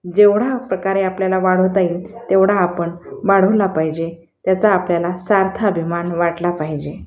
जेवढा प्रकारे आपल्याला वाढवता येईल तेवढा आपण वाढवला पाहिजे त्याचा आपल्याला सार्थ अभिमान वाटला पाहिजे